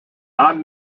non